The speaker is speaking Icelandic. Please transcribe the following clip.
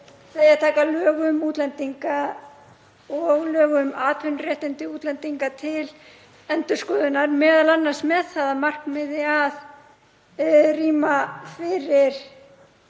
að taka lög um útlendinga og lög um atvinnuréttindi útlendinga til endurskoðunar, m.a. með það að markmiði að rýmka fyrir